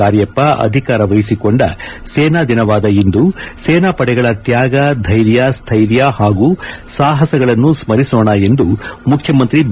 ಕಾರ್ಯಪ್ಪ ಅಧಿಕಾರ ವಹಿಸಿಕೊಂಡ ಸೇನಾ ದಿನವಾದ ಇಂದು ಸೇನಾ ಪಡೆಗಳ ತ್ವಾಗ ಧ್ವೆರ್ಯ ಸ್ಟೈರ್ಯ ಹಾಗೂ ಸಾಹಸಗಳನ್ನು ಸ್ಪರಿಸೋಣ ಎಂದು ಮುಖ್ಯಮಂತ್ರಿ ಬಿ